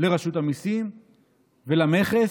לרשות המיסים ולמכס.